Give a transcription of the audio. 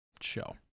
show